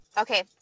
Okay